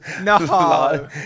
No